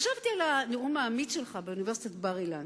חשבתי על הנאום האמיץ שלך באוניברסיטת בר-אילן.